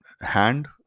hand